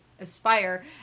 aspire